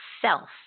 self